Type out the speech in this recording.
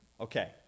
Okay